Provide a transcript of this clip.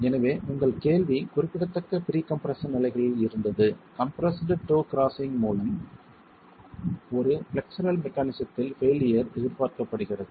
எனவே உங்கள் கேள்வி குறிப்பிடத்தக்க ப்ரீ கம்ப்ரெஸ்ஸன் நிலைகளில் இருந்தது கம்ப்ரெஸ்டு டோ கிரஸ்ஸிங் மூலம் ஒரு ஃப்ளெக்சுரல் மெக்கானிஸத்தில் பெய்லியர் எதிர்பார்க்கப்படுகிறது